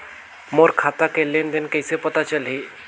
मोर खाता के लेन देन कइसे पता चलही?